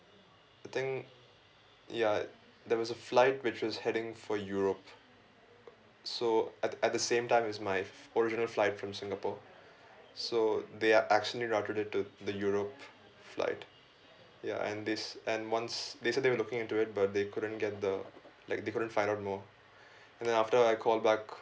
I think ya there was a flight which was heading for europe so at the at the same time is my original flight from singapore so they are actually routed it to the europe flight ya and this and once they said they will looking into it but they couldn't get the like they couldn't find out more and then after I called back